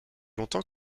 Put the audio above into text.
longtemps